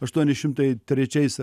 aštuoni šimtai trečiais